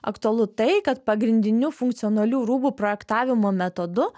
aktualu tai kad pagrindiniu funkcionalių rūbų projektavimo metodu